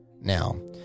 now